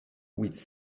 with